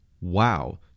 Wow